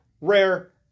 Rare